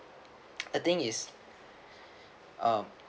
the thing is um